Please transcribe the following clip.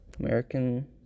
American